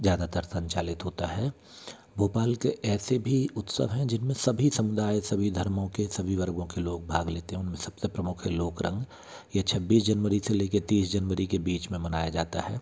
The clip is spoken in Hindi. ज़्यादातर संचालित होता है भोपाल के ऐसे भी उत्सव हैं जिन में सभी समुदाय सभी धर्मों के सभी वर्गों के लोग भाग लेते हैं उन में सब से प्रमुख हें लोकरंग यह छब्बीस जनवरी से ले के तीस जनवरी के बीच में मनाया जाता है